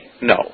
No